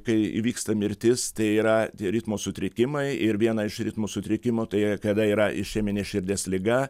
kai įvyksta mirtis tai yra tie ritmo sutrikimai ir viena iš ritmo sutrikimo tai kada yra išeminė širdies liga